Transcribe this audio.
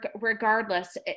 regardless